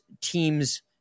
team's